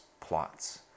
plots